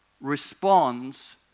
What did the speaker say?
responds